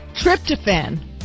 Tryptophan